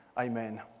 Amen